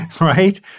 right